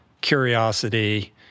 curiosity